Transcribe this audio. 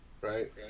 Right